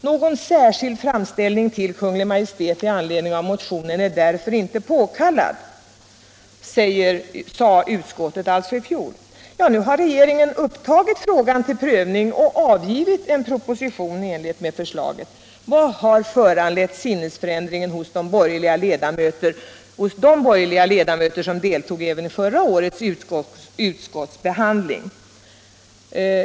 Någon särskild framställning till Kungl. Maj:t i anledning av motionen är därför inte påkallad.” Nu har regeringen tagit upp frågan till prövning och avgivit en proposition i enlighet med förslaget. Vad har föranlett sinnesförändringen hos de borgerliga ledamöter som deltog även i förra årets utskottsbehandling?